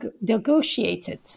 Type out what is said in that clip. negotiated